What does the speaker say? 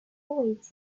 awaits